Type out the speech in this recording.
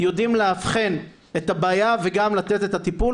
יודעים לאבחן את הבעיה וגם לתת את הטיפול,